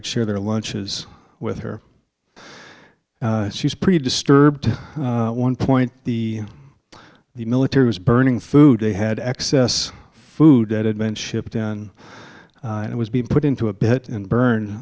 would share their lunches with her she's pretty disturbed one point the the military was burning food they had excess food that had been shipped and it was being put into a bit and